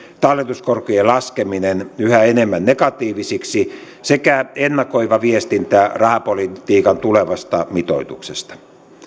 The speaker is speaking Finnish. talletuskorkojen laskeminen yhä enemmän negatiivisiksi sekä ennakoiva viestintä rahapolitiikan tulevasta mitoituksesta